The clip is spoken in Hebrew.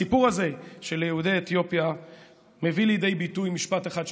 הסיפור הזה של יהודי אתיופיה מביא לידי ביטוי משפט אחד,